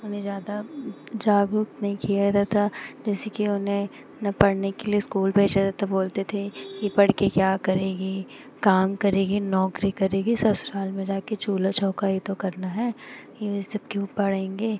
उन्हें ज़्यादा जागरूक नहीं किया जाता जैसे कि उन्हें ना पढ़ने के लिए इस्कूल भेजा जाता बोलते थे कि पढ़ के क्या करेगी काम करेगी नौकरी करेगी ससुराल में जाकर चूल्हा चौका ही तो करना है ये सब क्यों पढ़ेंगे